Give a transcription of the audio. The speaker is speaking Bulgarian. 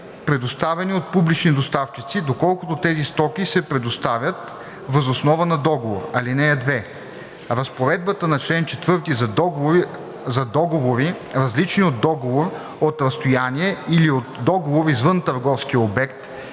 предоставяни от публични доставчици, доколкото тези стоки се предоставят въз основа на договор. (2) Разпоредбата на чл. 4 за договори, различни от договор от разстояние или от договор извън търговския обект,